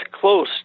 close